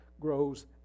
grows